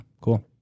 Cool